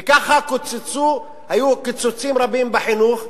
וכך היו קיצוצים רבים בחינוך.